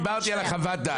דיברתי על חוות הדעת.